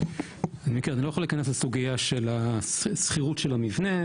אני לא יכול להיכנס לסוגייה של השכירות של המבנה,